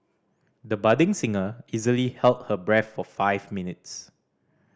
the budding singer easily held her breath for five minutes